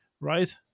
right